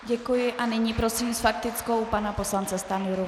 Děkuji a nyní prosím s faktickou pana poslance Stanjuru.